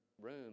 room